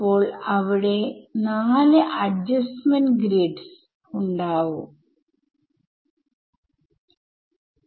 എനിക്ക് ടൈമിൽ വ്യത്യസ്ത ഗ്രിഡ് പോയിന്റുകൾ എടുക്കേണ്ടി വരും